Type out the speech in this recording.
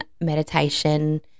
meditation